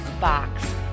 box